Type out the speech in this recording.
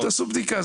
תעסו בדיקה,